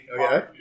Okay